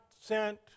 sent